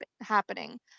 happening